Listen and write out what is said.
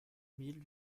mille